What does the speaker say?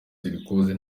turquoise